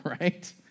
right